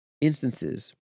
instances